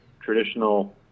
traditional